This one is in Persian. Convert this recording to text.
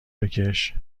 بکش